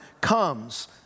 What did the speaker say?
comes